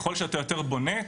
ככל שאתה יותר בונה,